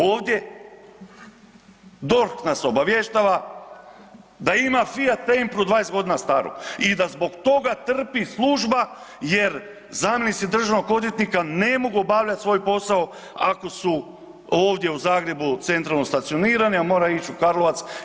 Ovdje DORH nas obavještava da ima Fiat Tempru 20 godina staru i da zbog toga trpi služba, jer zamjenici državnog odvjetnika ne mogu obavljati svoj posao ako su ovdje u Zagrebu centralnom stacionirani, a mora ići u Karlovac.